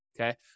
okay